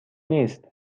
نیست